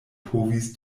povis